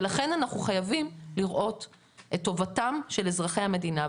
לכן אנחנו חייבים לראות את טובתם של אזרחי המדינה.